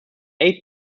eight